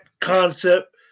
concept